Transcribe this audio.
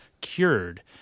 cured